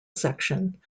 section